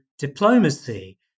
diplomacy